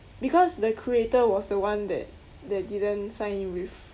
because the creator was the one that that didn't sign in with